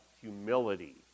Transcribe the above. humility